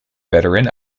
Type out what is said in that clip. veteran